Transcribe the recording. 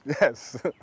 Yes